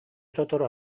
сотору